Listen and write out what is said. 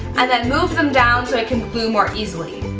and then moved them down so i could glue more easily.